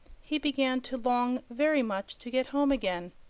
he began to long very much to get home again,